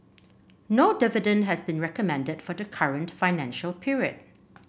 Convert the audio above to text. no dividend has been recommended for the current financial period